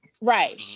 right